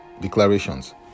declarations